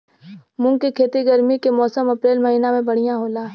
मुंग के खेती गर्मी के मौसम अप्रैल महीना में बढ़ियां होला?